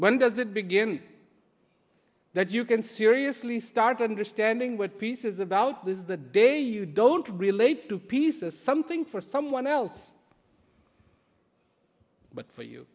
when does it begin that you can seriously started understanding with pieces about this is the day you don't relate to pieces something for someone else but for you